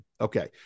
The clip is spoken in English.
okay